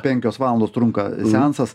penkios valandos trunka seansas